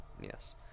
Yes